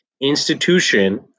institution